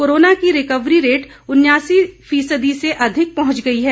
corona की recovery rate उन्यासी फीसदी से अधिक पहुंच गई है